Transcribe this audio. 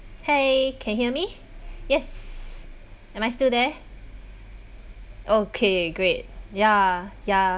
!hey! can hear me yes am I still there okay great ya ya